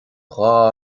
dhá